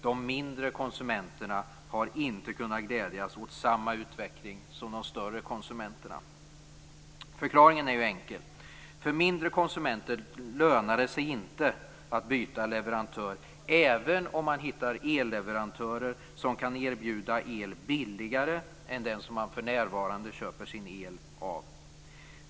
De mindre konsumenterna har inte kunnat glädjas åt samma utveckling som de större konsumenterna. Förklaringen är enkel. För mindre konsumenter lönar det sig inte att byta leverantör, även om man hittar elleverantörer som kan erbjuda el billigare än den som man för närvarande köper sin el av.